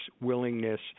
willingness